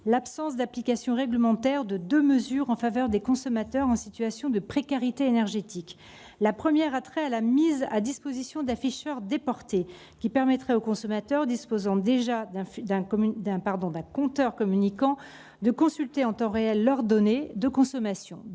l'absence d'application réglementaire de deux mesures en faveur des consommateurs en situation de précarité énergétique. La première a trait à la mise à disposition d'afficheurs déportés, qui permettraient aux consommateurs possédant déjà un compteur communicant de consulter en temps réel leurs données de consommation.